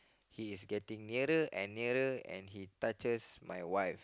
he is getting nearer and nearer and he touches my wife